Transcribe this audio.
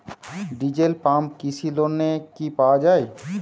Diesel pump কৃষি লোনে কি পাওয়া য়ায়?